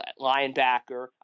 linebacker